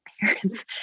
parents